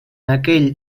aquell